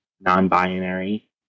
non-binary